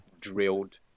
drilled